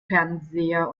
fernseher